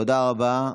תודה רבה.